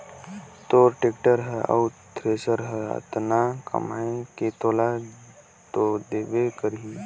तोर टेक्टर हर अउ थेरेसर हर अतना कमाये के तोला तो देबे करही